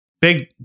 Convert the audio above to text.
big